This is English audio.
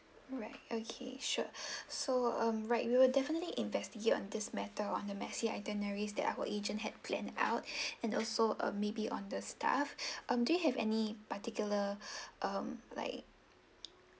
alright okay sure so um right we will definitely investigate on this matter on the messy itineraries that our agent had planned out and also uh maybe on the staff um do you have any particular um like